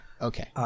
okay